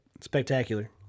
Spectacular